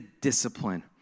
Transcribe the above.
discipline